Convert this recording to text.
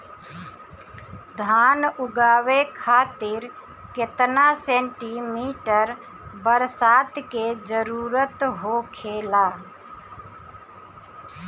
धान उगावे खातिर केतना सेंटीमीटर बरसात के जरूरत होखेला?